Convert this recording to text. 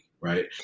right